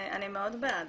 אני מאוד בעד,